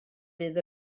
fydd